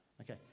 Okay